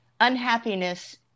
unhappiness